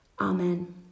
Amen